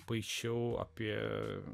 paišiau apie